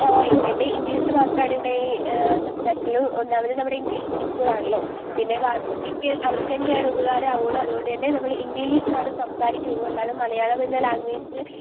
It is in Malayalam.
അ ഉണ്ട് ഉണ്ട് ഇംഗ്ലീഷ് മാത്രമാണ് ഇവിടെ സംസാരിക്കുള്ളൂ ഒന്നാമത് നമ്മുടെ ഇംഗ്ലീഷ് മീഡിയം സ്കൂൾ ആണല്ലോ പിന്നെ ഭാവിയിലേക്ക് അവർക്ക് തന്നെ ഉപകാരം ആകുകയുള്ളു അതുകൊണ്ട് ഇംഗ്ലീഷ് തന്നെ സംസാരിക്കുകയുള്ളൂ മലയാളം എന്ന ലാംഗ്വേജ്